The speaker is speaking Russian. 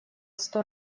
сто